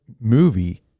movie